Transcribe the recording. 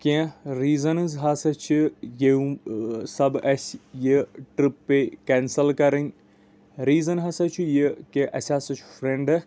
کیٚنٛہہ ریٖزَنٕز ہاسا چھِ یمہِ سببہٕ اَسہِ یہِ ٹرپ پیٚیہِ کیٚنٛسَل کَرٕنۍ ریٖزَن ہاسا چھُ یہِ کہِ اَسہِ ہاسا چھُ فرینٛڈ اکھ